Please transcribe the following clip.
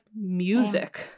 music